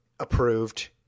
approved